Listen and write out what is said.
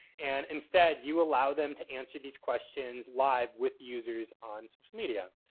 and instead you allow them to answer these questions live with users on social media.